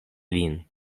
vin